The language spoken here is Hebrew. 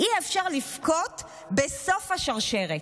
לבכות בסוף השרשרת.